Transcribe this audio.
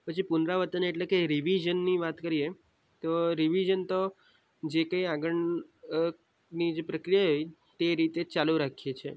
પછી પુનરાવર્તન એટલે રીવીઝનની વાત કરીયે તો રીવીઝન તો જે કાંઈ આગળ ની જે પ્રક્રિયા હોય તે રીતે ચાલુ રાખીએ છીએ